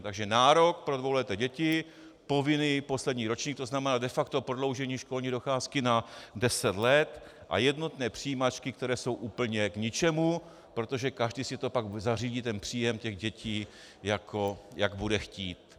Takže nárok pro dvouleté děti, povinný poslední ročník, tzn. de facto prodloužení školní docházky na deset let, a jednotné přijímačky, které jsou úplně k ničemu, protože každý si pak zařídí ten příjem dětí, jak bude chtít.